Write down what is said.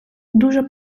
дуже